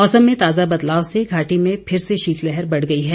मौसम में ताजा बदलाव से घाटी में फिर से शीतलहर बढ़ गई है